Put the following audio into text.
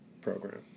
program